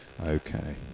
Okay